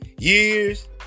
Years